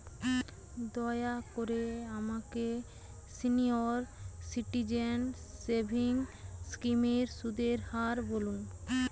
দয়া করে আমাকে সিনিয়র সিটিজেন সেভিংস স্কিমের সুদের হার বলুন